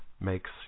makes